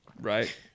right